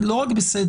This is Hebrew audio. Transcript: לא רק בסדר,